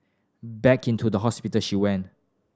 back into the hospital she went